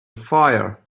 fire